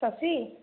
Shashi